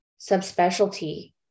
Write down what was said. subspecialty